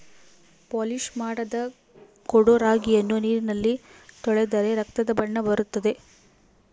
polish ಮಾಡದ ಕೊಡೊ ರಾಗಿಯನ್ನು ನೀರಿನಲ್ಲಿ ತೊಳೆದರೆ ರಕ್ತದ ಬಣ್ಣ ಬರುತ್ತದೆ